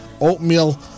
Oatmeal